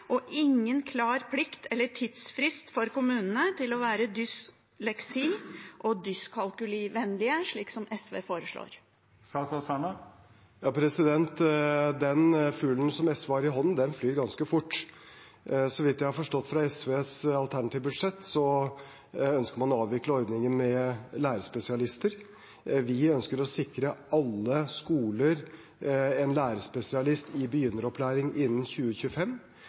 og ingen klar plikt til eller tidsfrist for kommunene å være dysleksi- og dyskalkulivennlige, slik SV foreslår? Den fuglen som SV har i hånden, den flyr ganske fort. Så vidt jeg har forstått av SVs alternative budsjett, ønsker man å avvikle ordningen med lærerspesialister. Vi ønsker å sikre alle skoler en lærerspesialist i begynneropplæring innen 2025.